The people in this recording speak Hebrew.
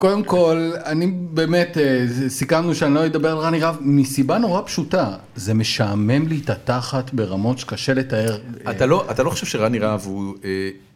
קודם כל, אני באמת, סיכמנו שאני לא אדבר על רני רהב מסיבה נורא פשוטה, זה משעמם לי את התחת ברמות שקשה לתאר. אתה לא חושב שרני רהב הוא...